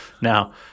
now